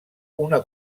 una